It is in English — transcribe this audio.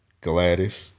Gladys